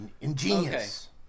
ingenious